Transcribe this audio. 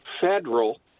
federal